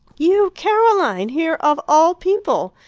you, caroline, here of all people!